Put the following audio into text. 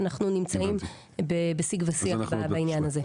ואנחנו נמצאים בסיג ושיח בעניין הזה.